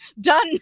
Done